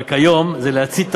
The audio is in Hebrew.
אבל כיום זה להצית תבערה,